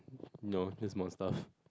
no just more stuff